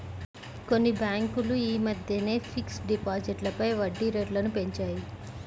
కొన్ని బ్యేంకులు యీ మద్దెనే ఫిక్స్డ్ డిపాజిట్లపై వడ్డీరేట్లను పెంచాయి